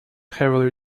heavily